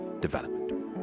development